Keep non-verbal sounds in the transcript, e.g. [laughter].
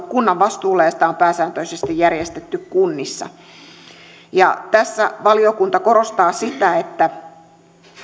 [unintelligible] kunnan vastuulla ja sitä on pääsääntöisesti järjestetty kunnissa tässä valiokunta korostaa sitä että